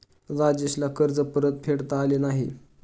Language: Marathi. राजेशला कर्ज परतफेडता आले नाही